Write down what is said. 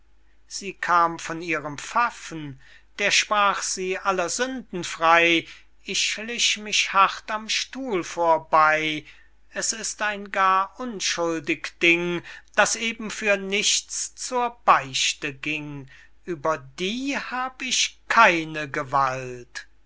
sie kam von ihrem pfaffen der sprach sie aller sünden frey ich schlich mich hart am stuhl vorbey es ist ein gar unschuldig ding das eben für nichts zur beichte ging ueber die hab ich keine gewalt